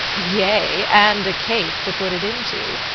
yea, and a case to put it into.